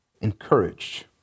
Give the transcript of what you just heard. encouraged